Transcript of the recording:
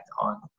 on